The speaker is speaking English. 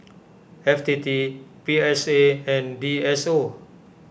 F T T P S A and D S O